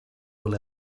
will